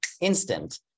instant